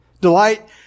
Delight